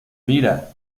mira